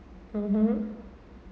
(uh huh)